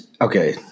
okay